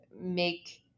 make